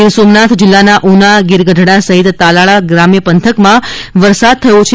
ગીરસોમનાથ જિલ્લાના ઊના ગીર ગઢડા સહિત તાલાળાના ગ્રામ્ય પંથકમાં વરસાદ થયો છે